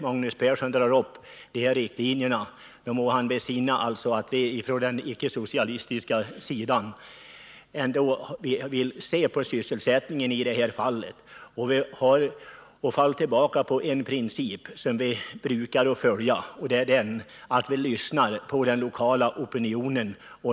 Magnus Persson bör besinna att vi från den icke-socialistiska sidan vill se in till sysselsättningen i det här fallet och att vi har stött oss på en princip som vi brukar följa, nämligen att lyssna på den lokala opinionen.